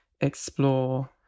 explore